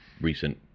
recent